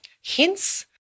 hints